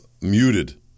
muted